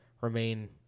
remain